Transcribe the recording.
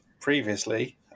previously